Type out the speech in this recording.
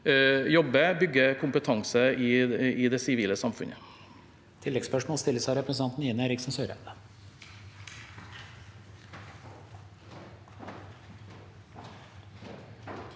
jobbe og bygge kompetanse i det sivile samfunnet.